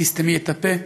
תסתמי את הפה,